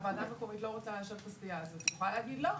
הוועדה המקומית לא רוצה לאשר את הסטייה הזאת היא יכולה להגיד לא,